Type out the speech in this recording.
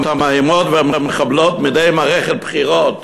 המאיימות והמחבלות מדי מערכת בחירות